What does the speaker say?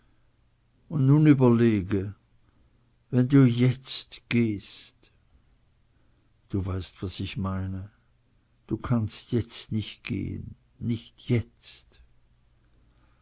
und nun überlege wenn du jetzt gehst du weißt was ich meine du kannst jetzt nicht gehen nicht jetzt